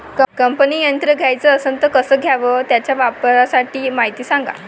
कापनी यंत्र घ्याचं असन त कस घ्याव? त्याच्या वापराची मायती सांगा